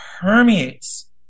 permeates